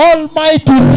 Almighty